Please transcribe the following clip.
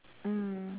mm